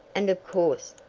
and of course,